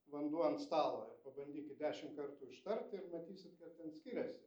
vanduo ant stalo pabandykit dešim kartų ištart ir matysit kad ten skiriasi